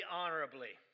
honorably